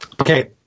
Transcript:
Okay